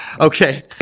Okay